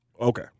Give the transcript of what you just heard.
Okay